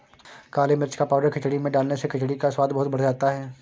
काली मिर्च का पाउडर खिचड़ी में डालने से खिचड़ी का स्वाद बहुत बढ़ जाता है